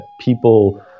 people